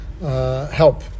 help